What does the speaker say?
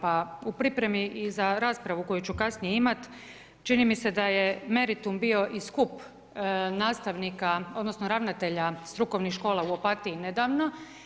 Pa u pripremi i za raspravu koju ću kasnije imati čini mi se da je meritum bio i skup nastavnika, odnosno ravnatelja strukovnih škola u Opatiji nedavno.